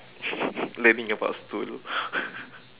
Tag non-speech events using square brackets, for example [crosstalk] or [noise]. [laughs] learning about stool [laughs]